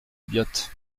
biot